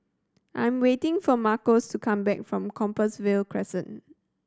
I'm waiting for Marcos to come back from Compassvale Crescent